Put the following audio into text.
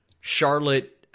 Charlotte